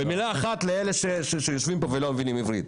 ומילה אחת לאלה שיושבים פה ולא מבינים עברית.